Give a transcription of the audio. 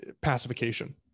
pacification